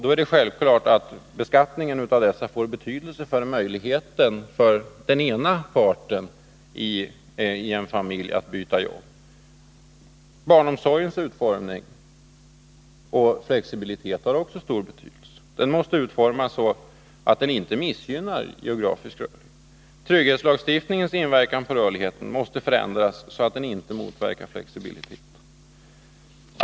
Då är det självklart att beskattningen av dessa inkomster får betydelse för möjligheten för den ena parten i familjen att byta jobb och bostadsort. Barnomsorgens utformning och flexibilitet har också stor betydelse. Barnomsorgen måste utformas så, att den inte missgynnar geografisk rörlighet. Trygghetslagstiftningens inverkan på rörligheten måste också förändras, så att den inte motverkar rörlighet.